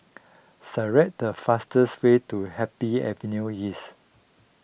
select the fastest way to Happy Avenue East